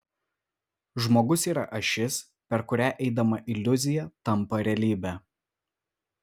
žmogus yra ašis per kurią eidama iliuzija tampa realybe